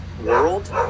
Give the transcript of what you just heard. World